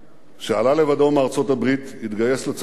שעלה לבדו מארצות-הברית, התגייס לצנחנים